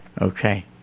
Okay